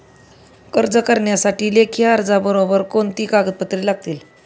कर्ज करण्यासाठी लेखी अर्जाबरोबर कोणती कागदपत्रे लागतील?